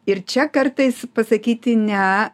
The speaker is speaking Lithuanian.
ir čia kartais pasakyti ne